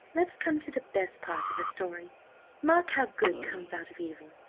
let's come to the best part of the story mark how good comes out of evil.